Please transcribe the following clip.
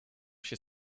się